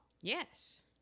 Yes